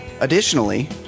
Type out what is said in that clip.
Additionally